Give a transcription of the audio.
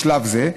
בשלב זה,